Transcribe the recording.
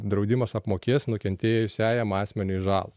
draudimas apmokės nukentėjusiajam asmeniui žalą